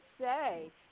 say